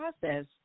process